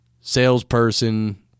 salesperson